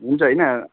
हुन्छ होइन